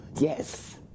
Yes